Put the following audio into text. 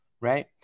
right